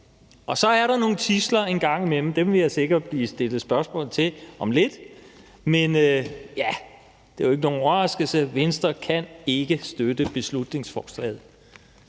Så er der nogle tidsler en gang imellem, og dem vil jeg sikkert blive stillet spørgsmål til om lidt; men ja, det er jo ikke nogen overraskelse, at Venstre ikke kan støtte beslutningsforslaget.